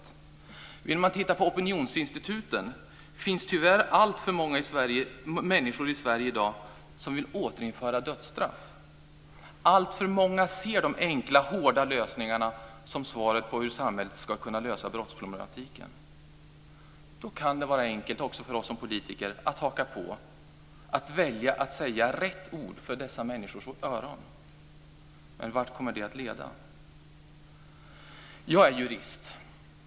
Vill man lita till opinionsinstituten finns det tyvärr alltför många människor i Sverige i dag som vill återinföra dödsstraff. Alltför många ser de enkla, hårda lösningarna som svaret på hur samhället ska kunna lösa brottsproblematiken. Då kan det vara enkelt också för oss som politiker att haka på, att välja att säga rätt ord för dessa människors öron. Men vart kommer det att leda? Jag är jurist.